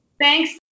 Thanks